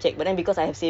(uh huh)